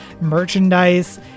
merchandise